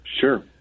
Sure